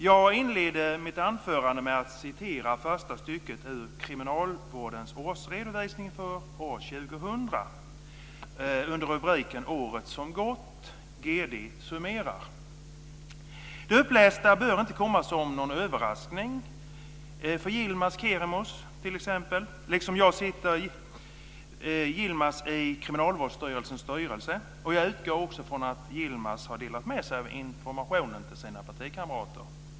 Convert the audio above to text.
Jag inledde mitt anförande med att citera första stycket ur Kriminalvårdens årsredovisning för år Det upplästa bör inte komma som en överraskning för t.ex. Yilmaz Kerimo. Liksom jag sitter Yilmaz i Kriminalvårdsstyrelsens styrelse, och jag utgår från att Yilmaz delat med sig av informationen till sina partikamrater.